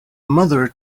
mother